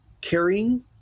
carrying